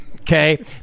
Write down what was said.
Okay